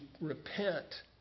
repent